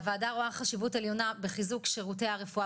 הועדה רואה חשיבות עליונה בחיזוק שירותי הרפואה